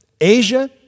Asia